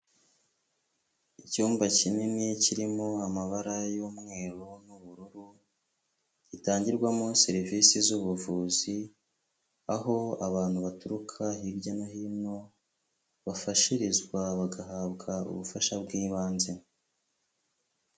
Icyumba kinini kirimo amabara y'umweru n'ubururu, gitangirwamo serivisi z'ubuvuzi aho abantu baturuka hirya no hino bafashirizwa bagahabwa ubufasha bw'ibanze.